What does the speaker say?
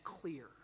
clear